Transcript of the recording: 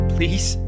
Please